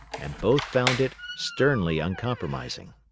and both found it sternly uncompromising.